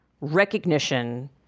recognition